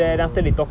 oh